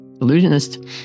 illusionist